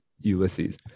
Ulysses